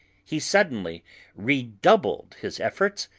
he suddenly redoubled his efforts,